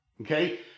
okay